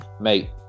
mate